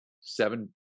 seven